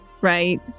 right